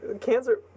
Cancer